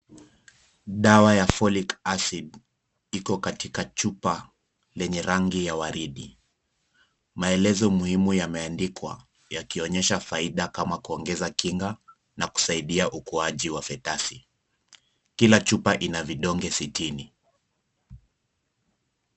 Dawa ya folic acid iko katika chupa lenye rangi ya waridi, maelezo muhimu yameandikwa yakionyesha faida kama kuongeza kinga na kusaidia ukuaji wa fetasi. Kila chupa ina vidonge sitini.